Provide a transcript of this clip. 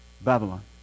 Babylon